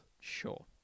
Sure